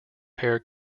pair